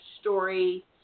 story